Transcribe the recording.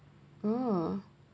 oh